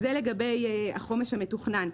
זה לגבי החומש המתוכנן.